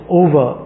over